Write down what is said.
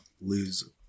lose